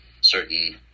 certain